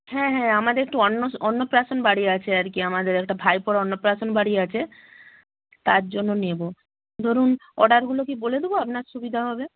হ্যাঁ হ্যাঁ আমাদের একটু অন্ন অন্নপ্রাশন বাড়ি আছে আর কি আমাদের একটা ভাইপোর অন্নপ্রাশন বাড়ি আছে তার জন্য নেব ধরুন অর্ডারগুলো কি বলে দেবো আপনার সুবিধা হবে